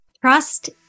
Trust